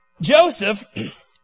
Joseph